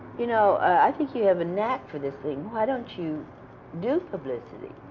you know, i think you have a knack for this thing. why don't you do publicity?